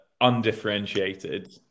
undifferentiated